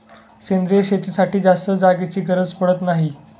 सेंद्रिय शेतीसाठी जास्त जागेची गरज पडत नाही